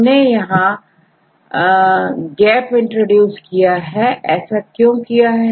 हमने यहां gap introduce किया है ऐसा क्यों किया है